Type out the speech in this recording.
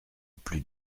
plus